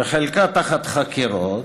וחלקה תחת חקירות,